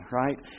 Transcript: right